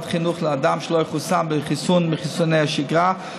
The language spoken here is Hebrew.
חינוך לאדם שלא חוסן בחיסון מחיסוני השגרה,